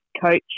coach